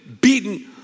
beaten